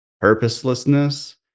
purposelessness